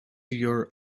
your